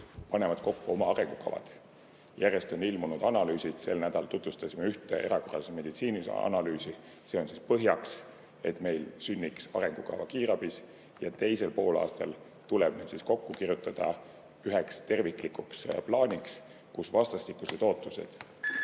panevad kokku oma arengukavad. Järjest on ilmunud analüüsid, sel nädalal tutvustasime ühte erakorralise meditsiini analüüsi. See on siis põhjaks, et meil sünniks arengukava kiirabis. Ja teisel poolaastal tuleb meil need kokku kirjutada üheks terviklikuks plaaniks, kus vastastikused ootused